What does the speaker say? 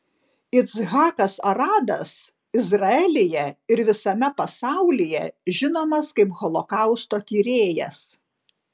yitzhakas aradas izraelyje ir visame pasaulyje žinomas kaip holokausto tyrėjas